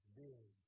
big